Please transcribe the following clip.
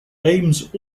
ames